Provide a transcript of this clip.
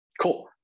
Cool